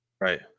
right